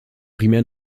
primär